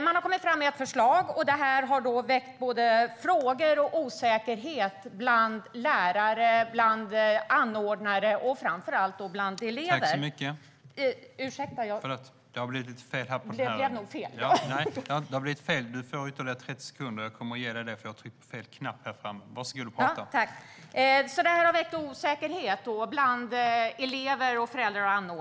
Man har kommit fram med ett förslag, och det här har väckt både frågor och osäkerhet bland lärare, anordnare, föräldrar och framför allt elever.